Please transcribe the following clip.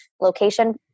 location